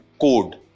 code